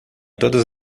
todas